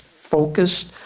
focused